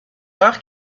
leur